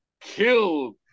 killed